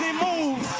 move.